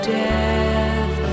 death